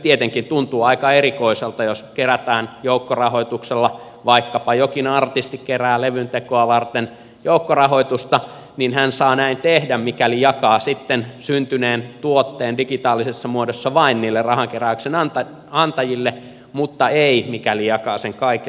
tietenkin tuntuu aika erikoiselta että jos kerätään joukkorahoituksella vaikkapa jokin artisti kerää levyn tekoa varten joukkorahoitusta niin hän saa näin tehdä mikäli jakaa sitten syntyneen tuotteen digitaalisessa muodossa vain niille rahankeräykseen antaneille mutta ei mikäli jakaa sen kaikelle kansalle